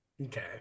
Okay